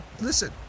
Listen